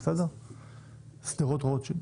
שדרות רוטשילד